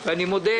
נמנעים,